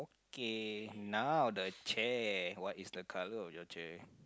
okay now the chair what is the colour of your chair